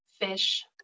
fish